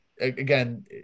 again